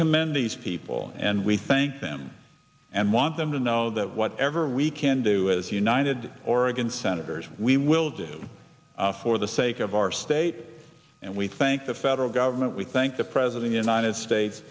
commend these people and we thank them and want them to know that whatever we can do as united oregon senators we will do for the sake of our state and we thank the federal government we thank the president united states